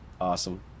Awesome